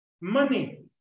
money